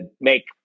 make